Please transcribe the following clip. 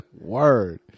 Word